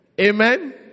Amen